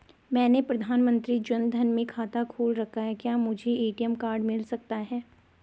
मैंने प्रधानमंत्री जन धन में खाता खोल रखा है क्या मुझे ए.टी.एम कार्ड मिल सकता है?